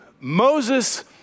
Moses